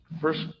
first